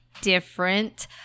different